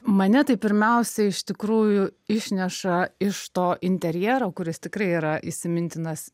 mane tai pirmiausia iš tikrųjų išneša iš to interjero kuris tikrai yra įsimintinas